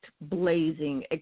blazing